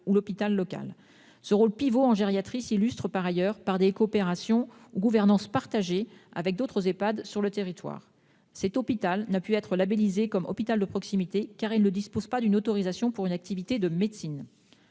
autre hôpital local. Ce rôle pivot en gériatrie se traduit par ailleurs par des coopérations ou une gouvernance partagée avec d'autres Ehpad sur le territoire. Cet hôpital n'a pu être labellisé comme « hôpital de proximité », car il ne dispose pas d'une autorisation d'activité de soins